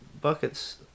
buckets